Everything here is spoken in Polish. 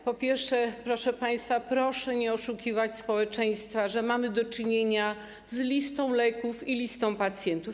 Po pierwsze, proszę państwa, proszę nie oszukiwać społeczeństwa, że mamy do czynienia z listą leków i listą pacjentów.